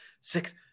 six